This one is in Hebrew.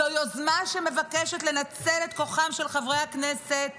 זאת יוזמה שמבקשת לנצל את כוחם של חברי הכנסת